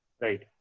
right